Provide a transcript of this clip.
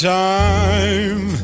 time